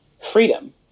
freedom